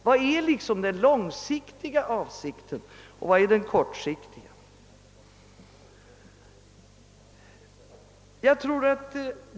Vad är den långsiktiga och kortsiktiga avsikten?